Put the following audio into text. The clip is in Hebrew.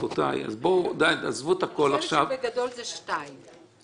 אני חושבת שבגדול זה שתיים.